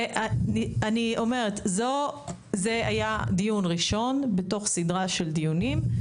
זה היה דיון ראשון בתוך סדרה של דיונים.